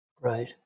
Right